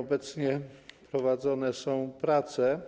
Obecnie prowadzone są prace,